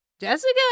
Jessica